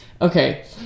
Okay